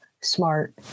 smart